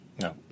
No